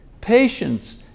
Patience